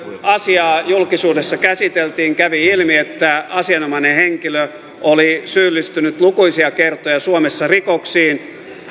asiaa julkisuudessa käsiteltiin kävi ilmi että asianomainen henkilö oli syyllistynyt lukuisia kertoja suomessa rikoksiin